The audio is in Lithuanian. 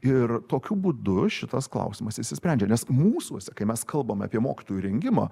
ir tokiu būdu šitas klausimas išsisprendžia nes mūsuose kai mes kalbam apie mokytojų rengimą